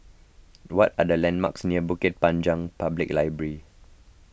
what are the landmarks near Bukit Panjang Public Library